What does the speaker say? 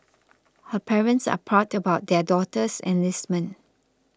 her parents are proud about their daughter's enlistment